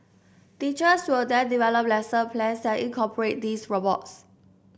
teachers will then develop lesson plans that incorporate these robots